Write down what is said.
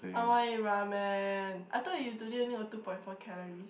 I want eat ramen I thought you today only got two point four calories